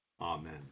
Amen